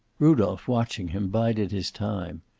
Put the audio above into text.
rudolph, watching him, bided his time.